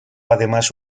además